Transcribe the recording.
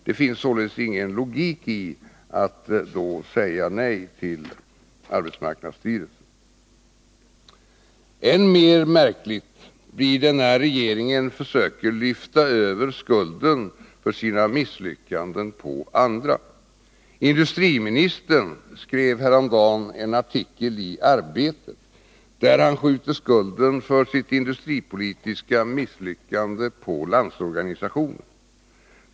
Det finns ingen logik i att då säga nej till AMS. Än mer märkligt blir det när regeringen försöker lyfta över skulden för sina misslyckanden på andra. Industriministern skrev häromdagen en artikel i Arbetet, där han skjuter skulden för sitt industripolitiska misslyckande på Landsorganisationen.